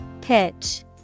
Pitch